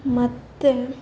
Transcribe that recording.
ಮತ್ತು